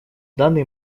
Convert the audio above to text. данный